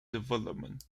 development